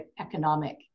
economic